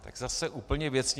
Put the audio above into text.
Tak zase úplně věcně.